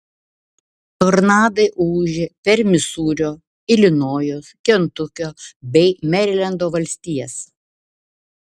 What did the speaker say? tornadai ūžė per misūrio ilinojaus kentukio bei merilendo valstijas